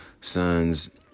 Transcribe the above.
Sons